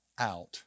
out